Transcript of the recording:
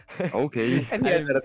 Okay